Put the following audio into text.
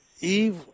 Eve